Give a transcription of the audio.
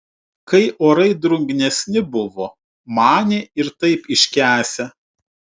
kai orai drungnesni buvo manė ir taip iškęsią